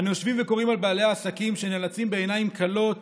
אנו יושבים וקוראים על בעלי העסקים שנאלצים בעיניים כלות